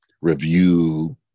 review